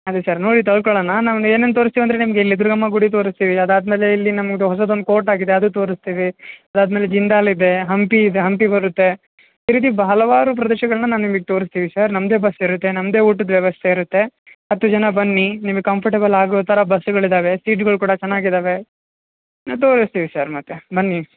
ಅದೇ ಸರ್ ನೋಡಿ ತೊಳ್ಕೊಳನ ನಾವ್ ಏನ್ ಏನ್ ತೋರ್ಸ್ತೀವಿ ಅಂದ್ರೆ ನಿಮ್ಗೆ ಇಲ್ಲಿ ದುರ್ಗಮ್ಮ ಗುಡಿ ತೋರಿಸ್ತೀವಿ ಅದಾದ್ಮೇಲೆ ಇಲ್ಲಿ ನಮ್ದು ಹೊಸದೊಂದ್ ಕೋರ್ಟ್ ಆಗಿದೆ ಅದು ತೋರಿಸ್ತೀವಿ ಅದಾದ್ಮೇಲೆ ಜಿಂದಾಲ್ ಇದೆ ಹಂಪಿ ಇದೆ ಹಂಪಿ ಬರುತ್ತೆ ಈ ರೀತಿ ಬಾ ಹಲವಾರು ಪ್ರದೇಶಗಳನ್ನ ನಾ ನಿಮಗೆ ತೋರಿಸ್ತೀವಿ ಸರ್ ನಮ್ಮದೆ ಬಸ್ ಇರುತ್ತೆ ನಮ್ಮದೆ ಊಟದ ವ್ಯವಸ್ಥೆ ಇರುತ್ತೆ ಹತ್ತು ಜನ ಬನ್ನಿ ನಿಮಿಗೆ ಕಂಫರ್ಟೆಬಲ್ ಆಗೋ ಥರ ಬಸ್ಗಳು ಇದ್ದಾವೆ ಸೀಟ್ಗಳು ಕೂಡ ಚೆನ್ನಾಗಿ ಇದ್ದಾವೆ ಹಾಂ ತೋರಿಸ್ತಿವಿ ಸರ್ ಮತ್ತೆ ಬನ್ನಿ